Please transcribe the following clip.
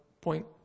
point